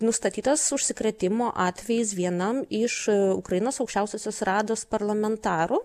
nustatytas užsikrėtimo atvejis vienam iš ukrainos aukščiausiosios rados parlamentarų